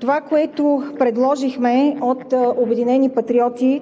Това, което предложихме от „Обединени патриоти“